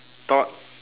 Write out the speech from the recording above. thoughts